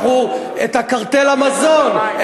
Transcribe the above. את קרטל המזון,